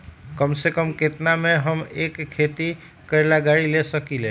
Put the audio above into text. कम से कम केतना में हम एक खेती करेला गाड़ी ले सकींले?